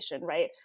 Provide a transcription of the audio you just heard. right